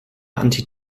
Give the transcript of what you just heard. anti